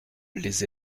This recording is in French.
les